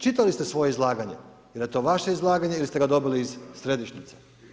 Čitali ste svoje izlaganje, jel' je to vaše izlaganje ili ste ga dobili iz središnjice?